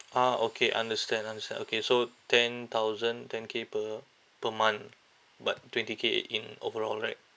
ah okay understand understand okay so ten thousand ten K per per month but twenty K in overall right